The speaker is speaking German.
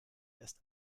erst